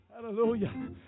Hallelujah